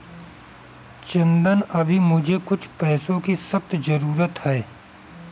चंदन अभी मुझे कुछ पैसों की सख्त जरूरत है